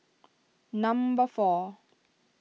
number four